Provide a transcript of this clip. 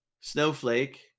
Snowflake